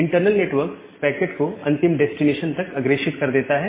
internal network packet को अंतिम destination तक अग्रेषित कर देता है